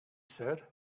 said